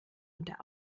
unter